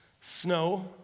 snow